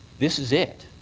this is it.